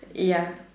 ya